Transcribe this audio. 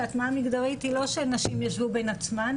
שהטמעה מגדרית היא לא שנשים יישבו בין עצמן,